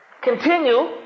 continue